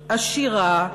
עשירה,